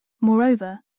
Moreover